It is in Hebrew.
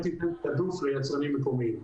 הם קיבלו תיעדוף ליצרנים מקומיים.